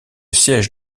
siège